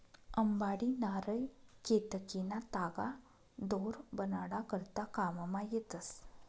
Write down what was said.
अंबाडी, नारय, केतकीना तागा दोर बनाडा करता काममा येतस